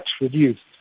reduced